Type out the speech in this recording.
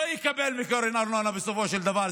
לא יקבל מקרן הארנונה בסופו של דבר.